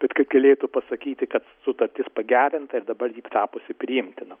bet kad galėtų pasakyti kad sutartis pagerinta ir dabar ji tapusi priimtina